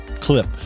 clip